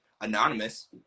anonymous